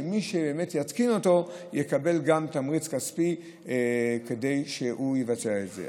שמי שבאמת יתקין אותן יקבל גם תמריץ כספי כדי לבצע את זה.